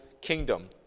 kingdom